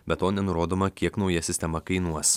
be to nenurodoma kiek nauja sistema kainuos